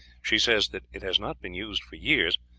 she says that it has not been used for years,